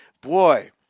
Boy